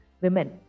women